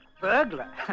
Burglar